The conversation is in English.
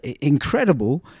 incredible